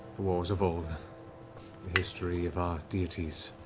the wars of old, the history of our deities,